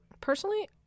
personally